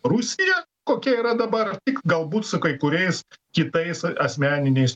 rusiją kokia yra dabar tik galbūt su kai kuriais kitais asmeniniais